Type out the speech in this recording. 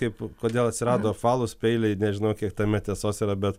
kaip kodėl atsirado apvalūs peiliai nežinau kiek tame tiesos yra bet